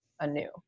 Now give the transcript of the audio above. anew